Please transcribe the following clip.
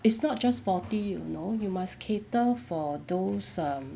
it's not just forty you know you must cater for those um